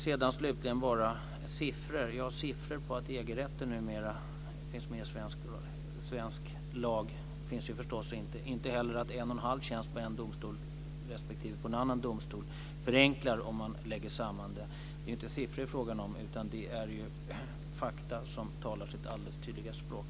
Sedan slutligen bara något om siffror. Siffror på att EG-rätten numera finns med i svensk lag finns förstås inte. Inte heller finns det siffror på att en och en halv tjänst på en domstol respektive på en annan domstol förenklar om man lägger samman det. Det är inte siffror det är fråga om. Det är fakta som talar sitt alldeles tydliga språk.